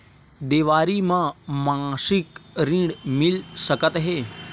देवारी म मासिक ऋण मिल सकत हे?